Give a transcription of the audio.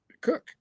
Cook